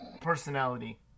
personality